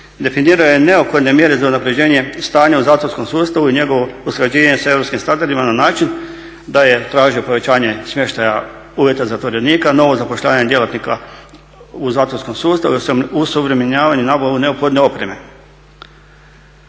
definirao je neophodne mjere za unapređenje stanja u zatvorskom sustavu i njegovo usklađenje sa europskim standardima na način da je tražio povećanje smještaja uvjeta zatvorenika, novo zapošljavanje djelatnika u zatvorskom sustavu, osuvremenjivanje neophodne opreme.